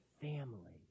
family